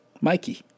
Mikey